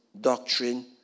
doctrine